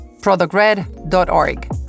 Productred.org